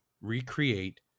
recreate